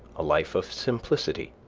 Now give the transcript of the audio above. a life of simplicity,